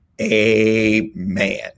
Amen